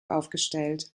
aufgestellt